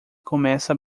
começa